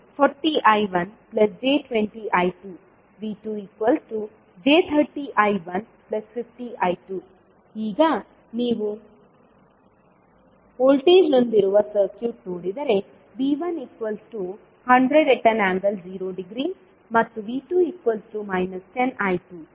ಆದ್ದರಿಂದ V140I1j20I2 V2j30I150I2 ಈಗನೀವು ವೋಲ್ಟೇಜ್ಹೊಂದಿರುವ ಸರ್ಕ್ಯೂಟ್ ನೋಡಿದರೆ V1100∠0° ಮತ್ತು V2 10I2 ಏಕೆಂದರೆ I2ಈ ದಿಕ್ಕಿನಲ್ಲಿದೆ